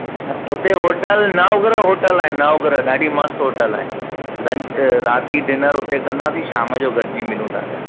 अच्छा हुते hotel Navgrah hotel आहे नवग्रह ॾाढी मस्त होटल आहे लंच राति जी डिनर हुते कंदासीं शाम जो गॾजी मिलूं था पिया